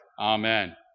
amen